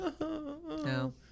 no